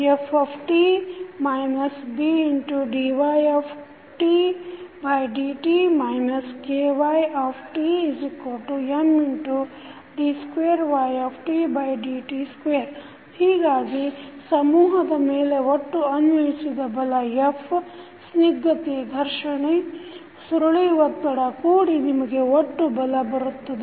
ft Bdytdt KytMd2ytdt2 ಹೀಗಾಗಿ ಸಮೂಹದ ಮೇಲೆ ಒಟ್ಟು ಅನ್ವಯಿಸಿದ ಬಲ f ಸ್ನಿಗ್ಧತೆ ಘರ್ಷಣೆ ಸುರುಳಿ ಒತ್ತಡ ಕೂಡಿ ನಿಮಗೆ ಒಟ್ಟು ಬಲ ಬರುತ್ತದೆ